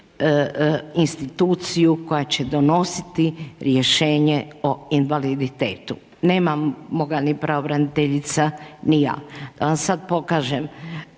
instituciju koja će donositi rješenje o invaliditetu. Nemamo ga ni pravobraniteljica ni ja. Da vam sad pokažem